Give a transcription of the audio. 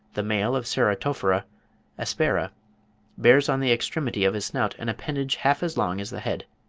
the male of ceratophora aspera bears on the extremity of his snout an appendage half as long as the head.